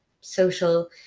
social